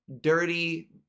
dirty